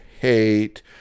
hate